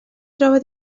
troba